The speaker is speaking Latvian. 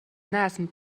neesmu